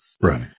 Right